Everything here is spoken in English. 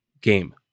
game